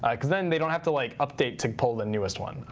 um because then they don't have to like update to pull the newest one,